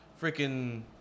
freaking